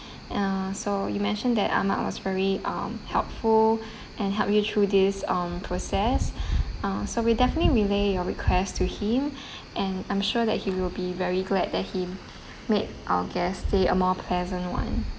uh so you mentioned that Ahmad was very um helpful and help you through this um process uh so we definitely relay your request to him and I'm sure that he will be very glad that he made our guests stay a more pleasant [one]